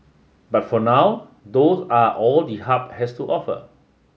but for now those are all the hub has to offer